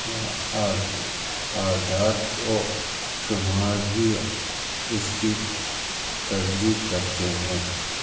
اعداد و شمار بھی اس کی تصدیق کرتے ہیں